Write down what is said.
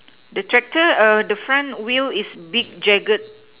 the tractor err the front wheel is big jagged